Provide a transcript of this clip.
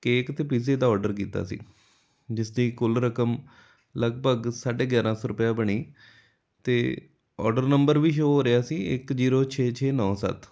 cake ਅਤੇ pizza ਦਾ order ਕੀਤਾ ਸੀ ਜਿਸ ਦੀ ਕੁੱਲ ਰਕਮ ਲਗਭਗ ਸਾਢੇ ਗਿਆਰਾਂ ਸੌ ਰੁਪਇਆ ਬਣੀ ਅਤੇ ਔਡਰ ਨੰਬਰ ਵੀ ਸ਼ੋਅ ਹੋ ਰਿਹਾ ਸੀ ਇੱਕ ਜ਼ੀਰੋ ਛੇ ਛੇ ਨੌ ਸੱਤ